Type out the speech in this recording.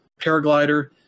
paraglider